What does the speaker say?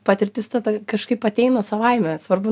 patirtis tada kažkaip ateina savaime svarbu